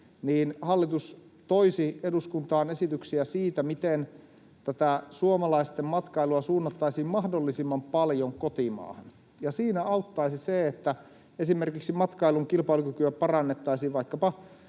niin hallitus toisi eduskuntaan esityksiä siitä, miten tätä suomalaisten matkailua suunnattaisiin mahdollisimman paljon kotimaahan. Siinä auttaisi se, että esimerkiksi matkailun kilpailukykyä parannettaisiin vaikkapa